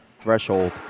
threshold